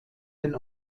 den